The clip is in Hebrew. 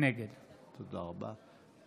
נגד תודה רבה.